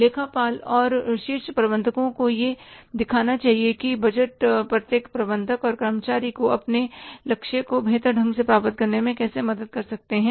लेखा पाल और शीर्ष प्रबंधकों को यह दिखाना चाहिए कि बजट प्रत्येक प्रबंधक और कर्मचारी को अपने लक्ष्य को बेहतर ढंग से प्राप्त करने में कैसे मदद कर सकते हैं